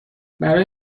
برای